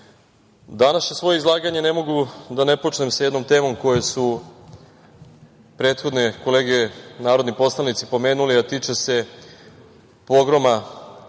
današnje svoje izlaganje ne mogu da ne počnem sa jednom temom koje su prethodne kolege narodni poslanici pomenuli, a tiče se pogroma